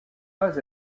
pas